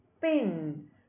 pin